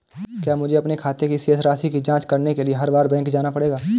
क्या मुझे अपने खाते की शेष राशि की जांच करने के लिए हर बार बैंक जाना होगा?